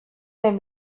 den